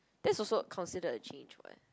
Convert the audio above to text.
that's also considered a chage [what]